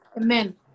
amen